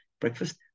breakfast